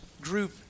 group